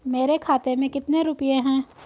मेरे खाते में कितने रुपये हैं?